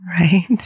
right